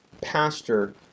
pastor